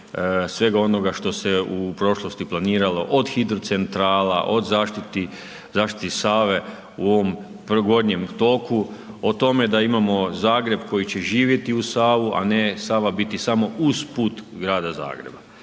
svega onoga što se u prošlosti planiralo, od hidrocentrala, od zaštiti Save u ovom gornjem toku, o tome da imamo Zagreb koji će živjeti uz Savu, a ne Sava biti samo usput grada Zagreba.